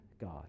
God